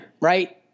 right